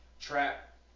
trap